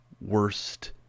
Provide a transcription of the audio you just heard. worst